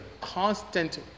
constant